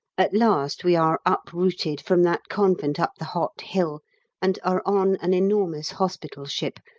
at last we are uprooted from that convent up the hot hill and are on an enormous hospital ship,